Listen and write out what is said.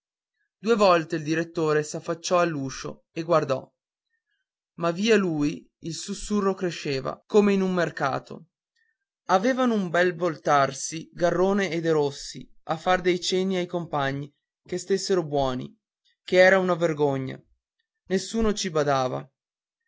due volte il direttore s'affacciò all'uscio e guardò ma via lui il sussurro cresceva come in un mercato avevano un bel voltarsi garrone e derossi a far dei cenni ai compagni che stessero buoni che era una vergogna nessuno ci badava